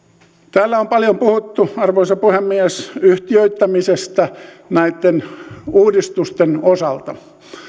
täällä on paljon puhuttu arvoisa puhemies yhtiöittämisestä näitten uudistusten osalta